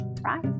right